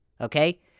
okay